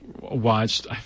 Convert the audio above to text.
watched